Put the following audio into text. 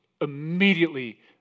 immediately